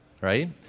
right